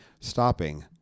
stopping